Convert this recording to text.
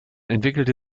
entwickelte